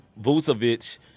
Vucevic